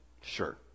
Sure